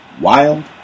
wild